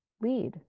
lead